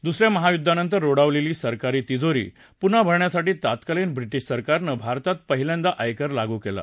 दुस या महायुद्वानंतर रोडावलेली सरकारी तिजोरी पुन्हा भरण्यासाठी तत्कालीन ब्रिटिश सरकारनं भारतात पहिल्यांदा आयकर लागू केला